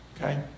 Okay